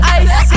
ice